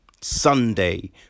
Sunday